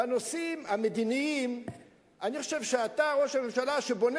בנושאים המדיניים אני חושב שאתה ראש הממשלה שבונה